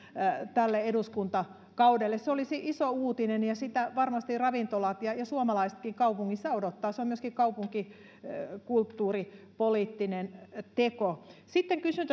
tälle eduskuntakaudelle se olisi iso uutinen ja sitä varmasti ravintolat ja ja suomalaisetkin kaupungeissa odottavat se on myöskin kaupunkikulttuuripoliittinen teko sitten kysyn